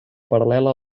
paral·lela